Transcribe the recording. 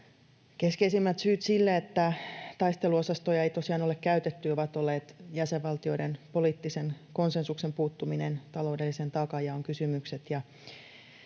Keskeisimmät syyt sille, että taisteluosastoja ei tosiaan ole käytetty, ovat olleet jäsenvaltioiden poliittisen konsensuksen puuttuminen, taloudellisen taakanjaon kysymykset